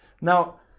Now